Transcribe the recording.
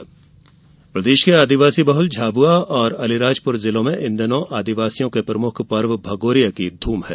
भगोरिया पर्व प्रदेश के आदिवासी बहुल झाबुआ और अलीराजपुर जिलों में इन दिनों आदिवासियों के प्रमुख पर्व भगौरिया की धूम है